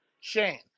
Shane